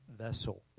vessel